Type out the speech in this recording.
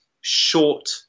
short